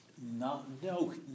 No